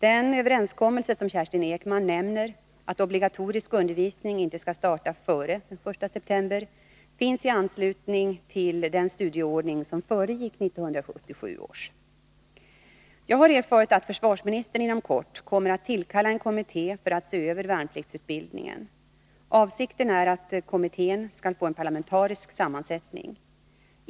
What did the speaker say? Den överenskommelse som Kerstin Ekman nämner — att obligatorisk undervisning inte skulle starta före den 1 september — fanns i anslutning till den studieordning som föregick 1977 års. Jag har erfarit att försvarsministern inom kort kommer att tillkalla en kommitté för att se över värnpliktsutbildningen. Avsikten är att kommittén skall få en parlamentarisk sammansättning.